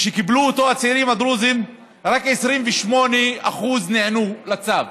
כשקיבלו אותו הצעירים הדרוזים, רק 28% נענו לצו.